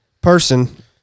person